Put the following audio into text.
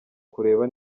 kureba